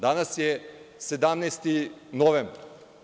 Danas je 17. novembar.